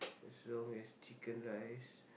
as long as chicken rice